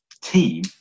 team